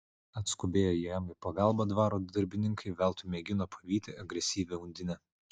atskubėję jam į pagalbą dvaro darbininkai veltui mėgino pavyti agresyvią undinę